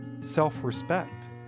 Self-respect